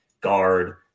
guard